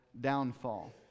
downfall